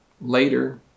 later